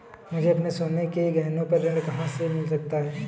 मुझे अपने सोने के गहनों पर ऋण कहाँ से मिल सकता है?